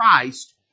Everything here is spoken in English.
Christ